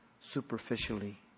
superficially